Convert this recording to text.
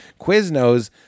Quiznos